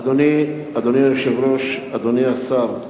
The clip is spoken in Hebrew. אדוני היושב-ראש, אדוני השר,